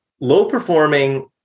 low-performing